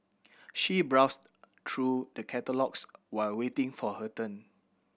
she browsed through a catalogues while waiting for her turn